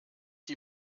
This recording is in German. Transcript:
die